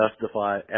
justify